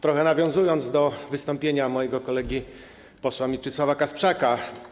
Trochę nawiążę do wystąpienia mojego kolegi posła Mieczysława Kasprzaka.